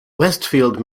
westfield